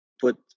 put